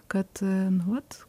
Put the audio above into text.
kad nu vat